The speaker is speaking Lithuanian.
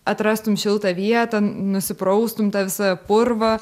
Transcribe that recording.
atrastum šiltą vietą nusipraustum tą visą purvą